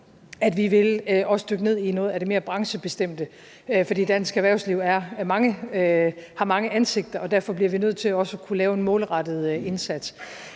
at vi også vil dykke ned i noget af det mere branchebestemte, for dansk erhvervsliv har mange ansigter, og derfor bliver vi nødt til også at kunne lave en målrettet indsats.